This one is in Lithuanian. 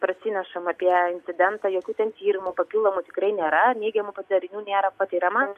parsinešam apie incidentą jokių ten tyrimų papildomų tikrai nėra neigiamų padarinių nėra patiriama